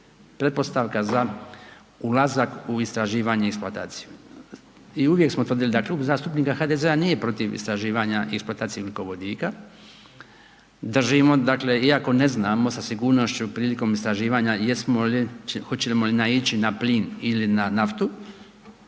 pretpostavka za ulazak u istraživanje i eksploataciju. I uvijek smo tvrdili da Klub zastupnika HDZ-a nije protiv istraživanja i eksploataciju ugljikovodika. Držimo, dakle iako ne znamo sa sigurnošću prilikom istraživanja jesmo li, hoćemo li naići na plin ili na naftu,